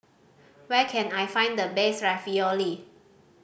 where can I find the best Ravioli